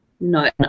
no